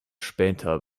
später